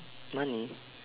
money